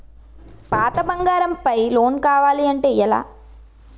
పాత బంగారం పై లోన్ కావాలి అంటే ఎలా?